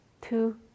two